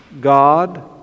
God